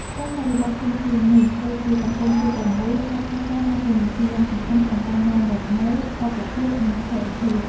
ក្នុងបរិបទធំជាងនេះ ដូចជាសង្គមជាតិទាំងមូល ការផ្សះផ្សាដើរតួនាទីយ៉ាងសំខាន់ក្នុងការនាំមកនូវសន្តិភាព និងស្ថិរភាព។